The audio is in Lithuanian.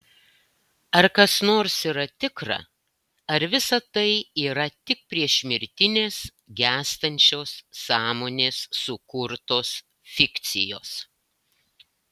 ar kas nors yra tikra ar visa tai yra tik priešmirtinės gęstančios sąmonės sukurtos fikcijos